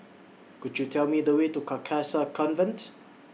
Could YOU Tell Me The Way to Carcasa Convent